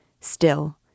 Still